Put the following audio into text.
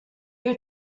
you